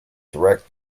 wrecked